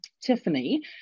Tiffany